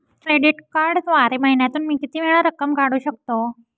Credit कार्डद्वारे महिन्यातून मी किती वेळा रक्कम काढू शकतो?